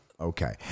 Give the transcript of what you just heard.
Okay